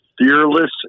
fearless